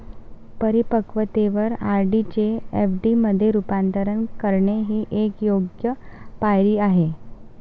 परिपक्वतेवर आर.डी चे एफ.डी मध्ये रूपांतर करणे ही एक योग्य पायरी आहे